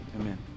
amen